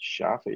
Shafi